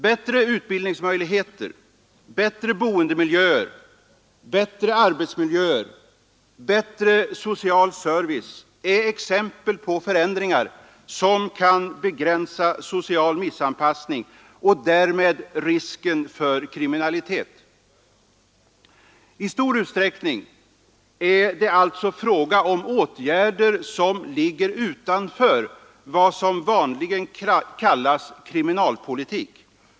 Bättre utbildningsmöjligheter, bättre boendemiljöer, bättre arbetsmiljöer och bättre social service är exempel på förändringar som kan begränsa social missanpassning och därmed risken för kriminalitet. I stor utsträckning är det alltså fråga om åtgärder som ligger utanför vad som vanligen kallas kriminalpolitik.